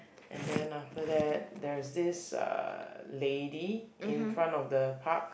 and then after that there's this uh lady in front of the park